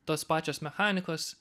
tos pačios mechanikos